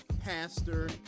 pastor